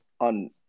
on